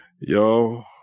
y'all